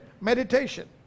meditation